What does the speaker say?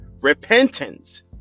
Repentance